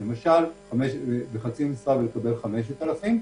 למשל בחצי משרה ולקבל 5,000 שקל,